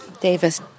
Davis